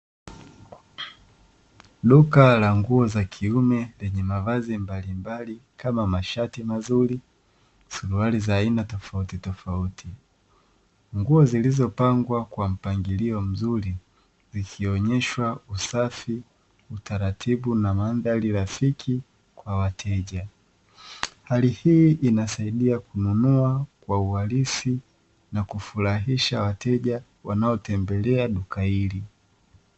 Duka la nguo za kiume lenye mavazi mbalimbali kama mashati mazuri, suruali za aina tofautitofauti. Nguo zilizopangwa kwa mpangilio mzuri zikionyeshwa usafi, utaratibu na mandhari rafiki kwa wateja. Hali hii inasaidia kununua kwa uhalisi na kufurahisha wateja wanaotembelea duka hili.